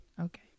Okay